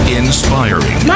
inspiring